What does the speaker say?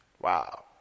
Wow